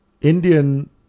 Indian